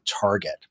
target